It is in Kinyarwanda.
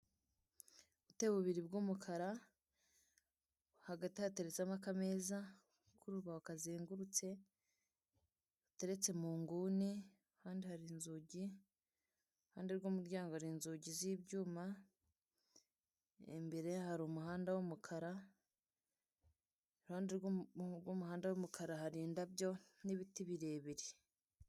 Ubutebe bubiri bw'umukara hagati hateretsemo akameza k'urubaho kazengurutse gateretse mu nguni ahandi hari inzugi iruhande rw'umuryango hari inzugi z'ibyuma imbere hari umuhanda w'umukara iruhande rw'umuhanda w'umukara hari indabyo n'ibiti birebire.